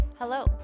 Hello